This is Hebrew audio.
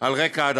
על רקע עדתי.